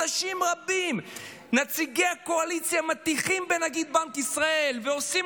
חודשים רבים נציגי הקואליציה מטיחים בנגיד בנק ישראל ועושים